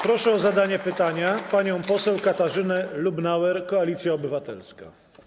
Proszę o zadanie pytania panią poseł Katarzynę Lubnauer, Koalicja Obywatelska.